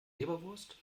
leberwurst